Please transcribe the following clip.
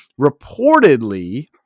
reportedly